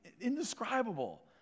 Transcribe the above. indescribable